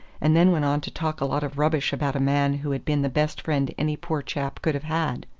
and then went on to talk a lot of rubbish about a man who had been the best friend any poor chap could have had.